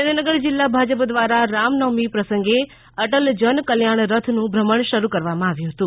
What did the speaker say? સુરેન્દ્રનગર જિલ્લા ભાજપ દ્વારા રામનવમી પ્રસંગે અટલ જન કલ્યાણ રથનું ભ્રમણ શરૂ કરાવવામાં આવ્યું હતું